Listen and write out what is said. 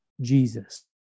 Jesus